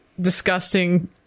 disgusting